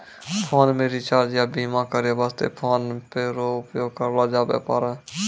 phone मे recharge या बीमा करै वास्ते फोन पे रो उपयोग करलो जाबै पारै